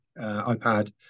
iPad